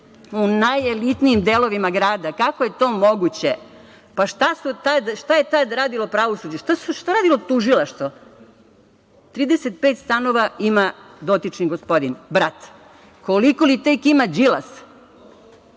u najelitnijim delovima grada. Kako je to moguće? Pa šta je tada radilo pravosuđe? Šta je radilo tužilaštvo? Pa 35 stanova ima dotični gospodin, brat. Koliko li tek ima Đilas?